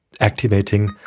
Activating